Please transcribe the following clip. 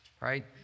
right